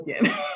again